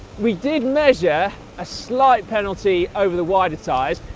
we did measure a slight penalty over the wider tyres,